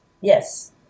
Yes